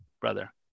brother